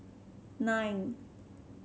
nine